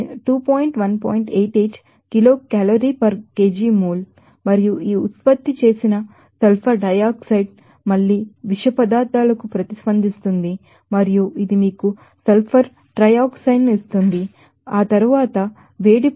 88 kilo calorie per kg mole మరియు ఈ ఉత్పత్తి చేసిన సల్ఫర్ డై ఆక్సైడ్ మళ్ళీ విషపదార్థాలకు ప్రతిస్పందిస్తుంది మరియు ఇది మీకు సల్ఫర్ ట్రైఆక్సైడ్ ను ఇస్తుంది మరియు తరువాత వేడి ప్రతిచర్యలు 46